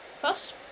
first